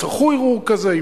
יצטרכו ערעור כזה,